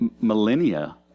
millennia